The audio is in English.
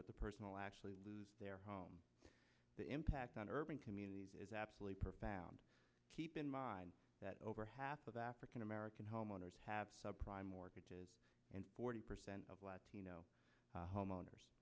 but the personal actually there the impact on urban communities is absolutely profound keep in mind that over half of african american homeowners have sub prime mortgages and forty percent of latino homeowners